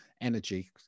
energy